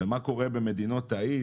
מה קורה במדינות ה-אי,